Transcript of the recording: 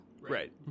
Right